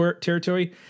territory